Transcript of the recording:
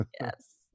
yes